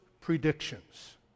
predictions